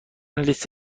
لیست